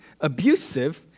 abusive